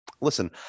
listen